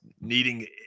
needing